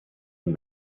und